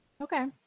Okay